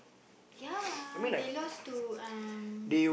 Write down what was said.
ya they lost to um